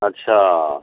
अच्छा